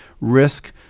risk